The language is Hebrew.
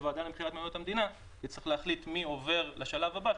והוועדה למכירת מניות המדינה תצטרך להחליט מי עובר לשלב הבא,